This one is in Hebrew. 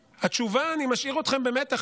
התשובה, אני משאיר אתכם במתח.